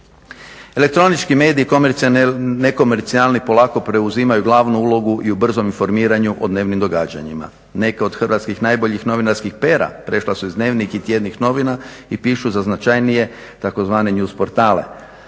Elektronički mediji komercijalni, nekomercijalni polako preuzimaju glavnu ulogu i u brzom informiranju o dnevnim događanjima. Neke od hrvatskih najboljih novinarskih pera prešla su iz dnevnih i tjednih novinama i pišu za značajnije tzv. news portale.